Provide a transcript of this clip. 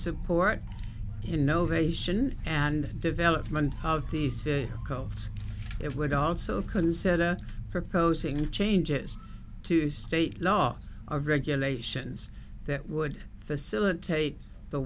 support innovation and development of these goals it would also consider proposing changes to state law or regulations that would facilitate the